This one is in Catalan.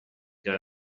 que